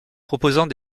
proposant